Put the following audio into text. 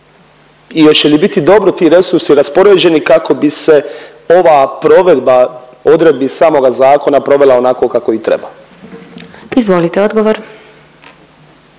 i oće li biti dobro ti resursi raspoređeni kako bi se ova provedba odredbi samoga zakona provela onako kako i treba? **Glasovac,